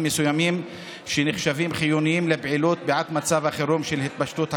מסוימים שנחשבים חיוניים לפעילות בעת מצב החירום של התפשטות הקורונה.